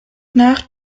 nach